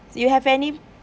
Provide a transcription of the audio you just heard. you have any